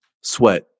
sweat